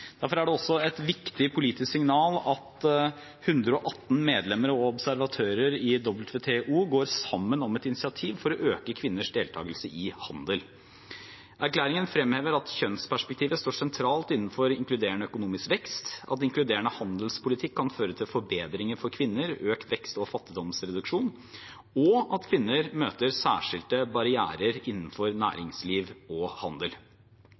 Derfor er det også et viktig politisk signal at 118 medlemmer og observatører i WTO går sammen om et initiativ for å øke kvinners deltakelse i handel. Erklæringen fremhever at kjønnsperspektivet står sentralt innenfor inkluderende økonomisk vekst, at inkluderende handelspolitikk kan føre til forbedringer for kvinner, økt vekst og fattigdomsreduksjon, og at kvinner møter særskilte barrierer innenfor næringsliv og handel.